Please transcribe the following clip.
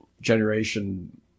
generation